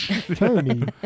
Tony